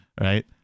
Right